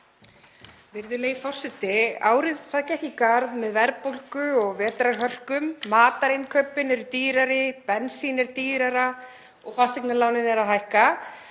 Virðulegi forseti. Árið gekk í garð með verðbólgu og vetrarhörkum. Matarinnkaupin eru dýrari, bensínið dýrara og fasteignalánin eru að hækka.